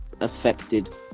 affected